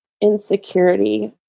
insecurity